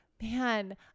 Man